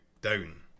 down